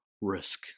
risk